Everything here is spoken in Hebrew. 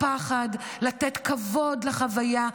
לפחד, לתת כבוד לחוויה.